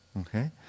okay